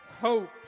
hope